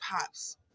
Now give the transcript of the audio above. pops